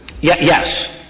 yes